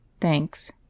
Thanks